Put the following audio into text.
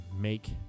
make